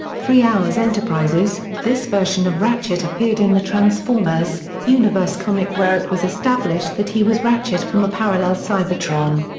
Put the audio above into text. three h enterprises this version of ratchet appeared in the transformers universe comic where it was established that he was ratchet from a parallel cybertron.